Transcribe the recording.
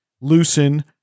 loosen